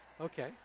Okay